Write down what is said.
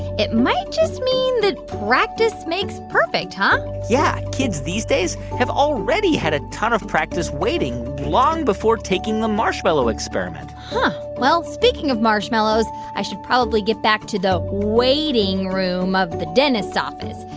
it might just mean that practice makes perfect, huh? yeah. kids these days have already had a ton of practice waiting long before taking taking the marshmallow experiment huh. well, speaking of marshmallows, i should probably get back to the waiting room of the dentist office.